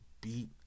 beat